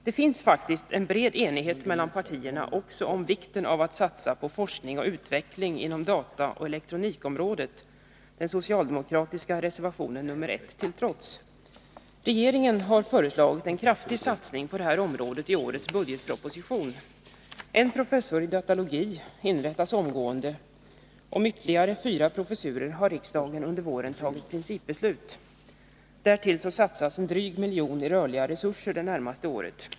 Det finns faktiskt en bred enighet också mellan partierna om vikten av att satsa på forskning och utveckling inom dataoch elektronikområdet, den socialdemokratiska reservationen nr 1 till trots. Regeringen har föreslagit en kraftig satsning på detta område i årets budgetproposition. En professur i datalogi inrättas omgående, och om ytterligare fyra professurer har riksdagen under våren fattat principbeslut. Därtill satsas en dryg miljon i rörliga resurser det närmaste året.